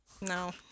no